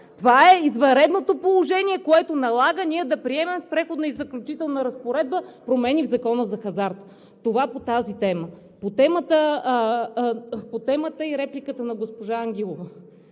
игра – извънредно положение, което налага да приемем с Преходни и заключителни разпоредби промени в Закона за хазарта?! Това по тази тема. По темата и репликата на госпожа Ангелова.